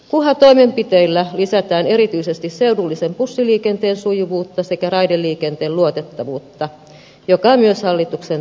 kuha toimenpiteillä lisätään erityisesti seudullisen bussiliikenteen sujuvuutta sekä raideliikenteen luotettavuutta joka on myös hallituksen tavoitteena